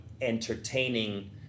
entertaining